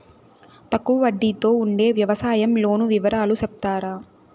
తక్కువ వడ్డీ తో ఉండే వ్యవసాయం లోను వివరాలు సెప్తారా?